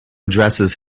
addresses